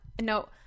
no